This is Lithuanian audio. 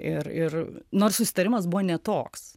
ir ir nors susitarimas buvo ne toks